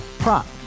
Prop